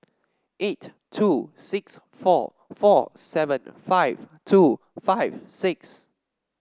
eight two six four four seven five two five six